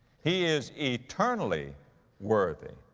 he is eternally worthy.